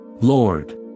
Lord